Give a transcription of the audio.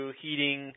heating